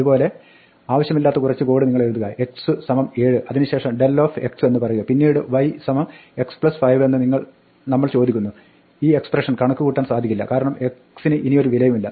ഇത് പോലെ ആവശ്യമില്ലാത്ത കുറച്ച് കോഡ് നിങ്ങളെഴുതുക x 7 അതിന് ശേഷം del എന്ന് പറയുക പിന്നിട് y x 5 എന്ന് നമ്മൾ ചോദിക്കുന്നു ഈ എക്പ്രഷൻ കണക്കുകൂട്ടാൻ സാധിക്കില്ല കാരണം x ന് ഇനിയൊരു വിലയുമില്ല